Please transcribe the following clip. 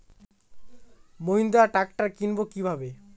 Mahindra tractor কিনবো কি ভাবে?